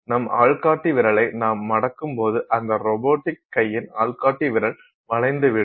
நம் ஆள்காட்டி விரலை நாம் மடக்கும்போது அந்த ரோபோ கையின் ஆள்காட்டி விரல் வளைந்துவிடும்